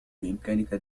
بإمكانك